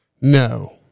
No